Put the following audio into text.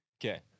Okay